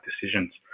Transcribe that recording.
decisions